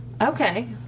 Okay